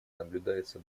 наблюдается